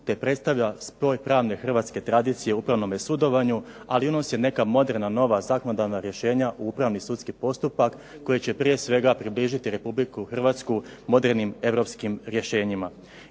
te predstavlja spoj pravne hrvatske tradicije u upravnome sudovanju, ali i unosi neka moderna, nova zakonodavna rješenja u upravni sudski postupak koji će prije svega približiti RH modernim europskim rješenjima.